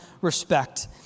respect